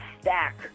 stack